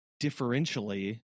differentially